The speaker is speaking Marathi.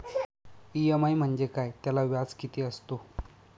इ.एम.आय म्हणजे काय? त्याला व्याज किती असतो?